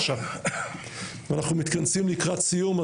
אנחנו מתכנסים לקראת סיום,